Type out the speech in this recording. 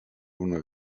una